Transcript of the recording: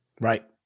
Right